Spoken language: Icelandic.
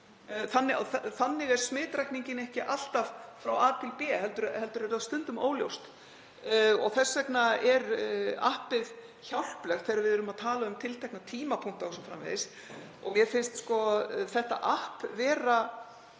Þannig er smitrakningin ekki alltaf frá A til B heldur er það stundum óljóst. Þess vegna er appið hjálplegt þegar við erum að tala um tiltekna tímapunkta o.s.frv. Mér finnst þetta app vera